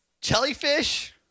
jellyfish